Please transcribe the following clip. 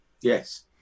Yes